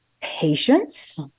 patience